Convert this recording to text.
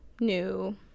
new